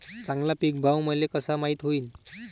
चांगला पीक भाव मले कसा माइत होईन?